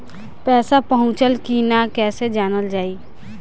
पैसा पहुचल की न कैसे जानल जाइ?